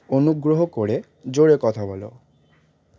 অনুগ্রহ করে জোরে কথা বলো